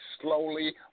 slowly